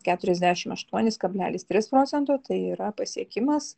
keturiasdešim aštuonis kablelis tris procento tai yra pasiekimas